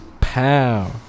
Pow